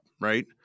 right